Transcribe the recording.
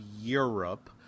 Europe